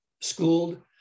schooled